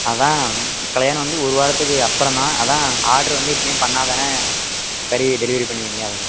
அதுதான் கல்யாணம் வந்து ஒரு வாரத்துக்கு அப்புறம் தான் அதுதான் ஆட்ரு வந்து இப்பவே பண்ணாதானே கறி டெலிவரி பண்ணுவீங்க அதுக்கு தான்